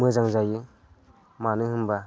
मोजां जायो मानो होनबा